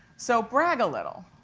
so brag a little.